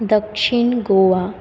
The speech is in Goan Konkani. दक्षीण गोवा